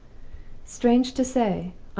strange to say,